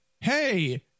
hey